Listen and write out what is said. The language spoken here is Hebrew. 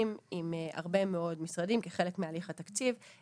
עם הרבה מאוד משרדים כחלק מהליך התקציב.